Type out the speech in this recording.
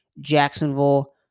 Jacksonville